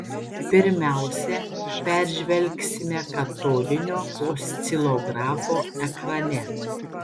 pirmiausia peržvelgsime katodinio oscilografo ekrane